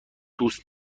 دوست